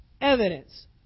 Evidence